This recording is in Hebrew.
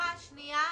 הפעימה השנייה,